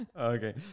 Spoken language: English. Okay